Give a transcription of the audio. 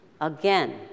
Again